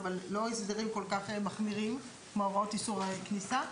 אבל לא הסדרים כל כך מחמירים כמו הוראות איסור כניסה.